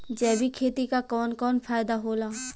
जैविक खेती क कवन कवन फायदा होला?